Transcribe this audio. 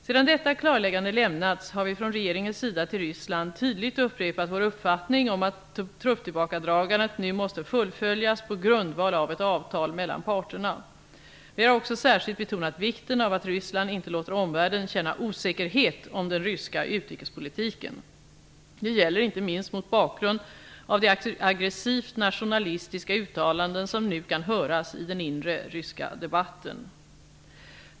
Sedan detta klarläggande lämnats, har vi från regeringens sida till Ryssland tydligt upprepat vår uppfattning om att trupptillbakadragandet nu måste fullföljas på grundval av ett avtal mellan parterna. Vi har också särskilt betonat vikten av att Ryssland inte låter omvärlden känna osäkerhet om den ryska utrikespolitiken. Det gäller inte minst mot bakgrund av de aggressivt nationalistiska uttalanden som nu kan höras i den inre ryska debatten.